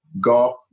golf